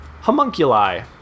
homunculi